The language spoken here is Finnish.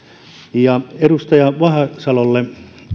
edustaja vahasalolle